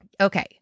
Okay